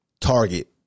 target